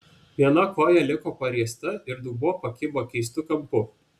viena koja liko pariesta ir dubuo pakibo keistu kampu